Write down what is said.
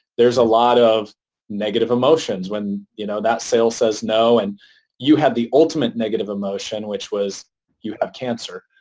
there are a lot of negative emotions when you know that sales says no and you have the ultimate negative emotion which was you have cancer.